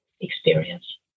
experience